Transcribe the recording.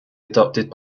adopted